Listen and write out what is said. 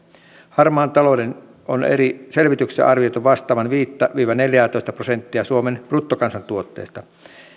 harmaan talouden on eri selvityksissä arvioitu vastaavan viittä viiva neljäätoista prosenttia suomen bruttokansantuotteesta